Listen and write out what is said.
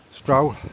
stroll